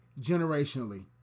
generationally